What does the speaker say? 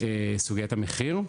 סוגיית המחיר.